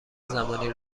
زمانی